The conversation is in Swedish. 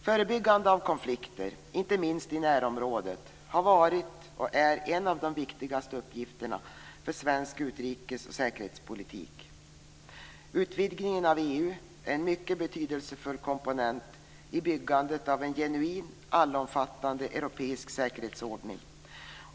Förebyggande av konflikter, inte minst i närområdet har varit, och är, en av de viktigaste uppgifterna för svensk utrikes och säkerhetspolitik. Utvidgningen av EU är en mycket betydelsefull komponent i byggandet av en genuin, allomfattande europeisk säkerhetsordning.